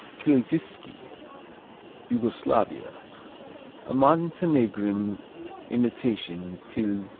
tilziski yugoslavia a montenegrin imitation tilsiter.